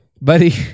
Buddy